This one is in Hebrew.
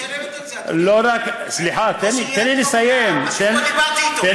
לא רק, כן, אבל הרשות משלמת על זה.